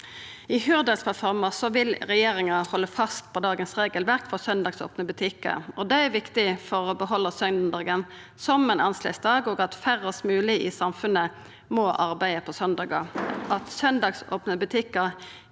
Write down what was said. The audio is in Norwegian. I Hurdalsplattforma vil regjeringa halda fast på dagens regelverk for søndagsopne butikkar. Det er viktig for å behalda søndagen som ein annleis dag at færrast mogleg i samfunnet må arbeida på søndagar.